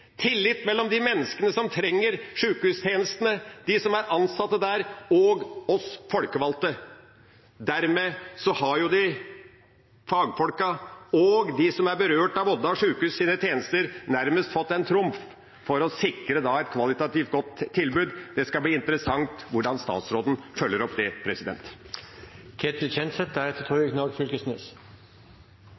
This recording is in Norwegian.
tillit – tillit mellom de menneskene som trenger sykehustjenestene, de som er ansatt der, og oss folkevalgte. Dermed har fagfolkene og de som er berørt av Odda sjukehus’ tjenester, nærmest fått en trumf for å sikre et kvalitativt godt tilbud. Det skal bli interessant å se hvordan statsråden følger opp det.